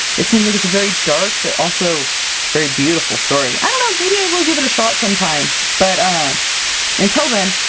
it seems like it's a very dark, but also very beautiful story. i don't know, maybe i will give it a shot sometime. but ah until then,